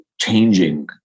changing